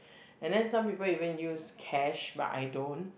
and then some people even use cash but I don't